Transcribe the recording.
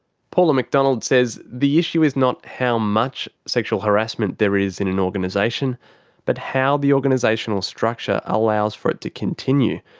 paula mcdonald says the issue is not how much sexual harassment there is in an organisation but how the organisational structure allows for it to continue.